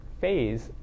phase